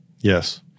Yes